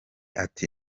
ati